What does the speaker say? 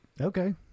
Okay